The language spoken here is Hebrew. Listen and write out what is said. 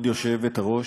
כבוד היושבת-ראש,